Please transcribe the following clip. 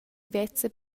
vezza